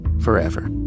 Forever